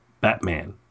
Batman